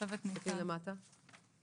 יבין שזה לטובתו,